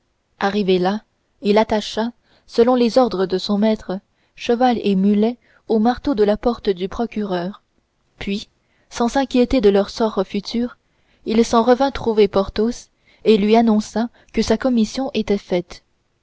arrivé là il attacha selon les ordres de son maître cheval et mulet au marteau de la porte du procureur puis sans s'inquiéter de leur sort futur il s'en revint trouver porthos et lui annonça que sa commission était faite